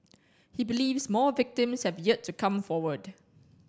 he believes more victims have yet to come forward